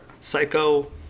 Psycho